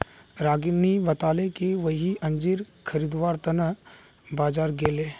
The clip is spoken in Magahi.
रागिनी बताले कि वई अंजीर खरीदवार त न बाजार गेले